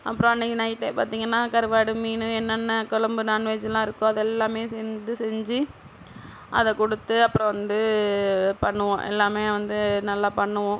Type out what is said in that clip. அப்புறம் அன்றைக்கி நைட்டே பார்த்தீங்கன்னா கருவாடு மீனு என்னென்ன குழம்பு நான்வெஜ்லாம் இருக்கோ அதெல்லாமே சேர்ந்து செஞ்சு அதை கொடுத்து அப்புறம் வந்து பண்ணுவோம் எல்லாமே வந்து நல்லா பண்ணுவோம்